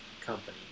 company